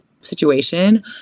situation